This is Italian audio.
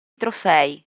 trofei